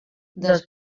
dels